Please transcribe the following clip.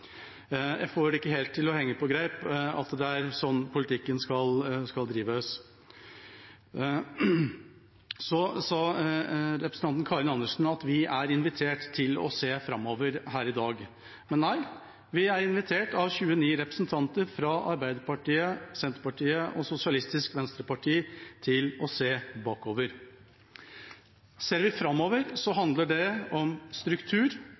Jeg får det ikke helt til å henge på greip at det er slik politikken skal drives. Så sa representanten Karin Andersen at vi er invitert til å se framover her i dag, men nei, vi er invitert av 29 representanter fra Arbeiderpartiet, Senterpartiet og Sosialistisk Venstreparti til å se bakover. Ser vi framover, handler det om struktur.